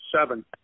Seven